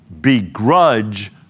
begrudge